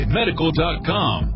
medical.com